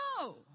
No